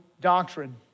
doctrine